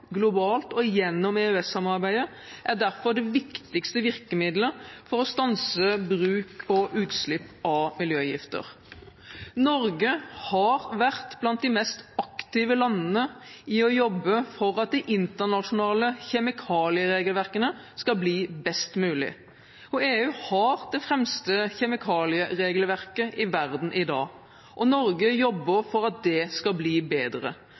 globalt og gjennom EØS-samarbeidet, er derfor det viktigste virkemidlet for å stanse bruk og utslipp av miljøgifter. Norge har vært blant de mest aktive landene i det å jobbe for at de internasjonale kjemikalieregelverkene skal bli best mulig. EU har det fremste kjemikalieregelverket i verden i dag, og Norge jobber for at det skal bli bedre.